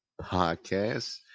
podcast